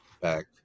back